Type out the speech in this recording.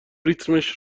ریتمش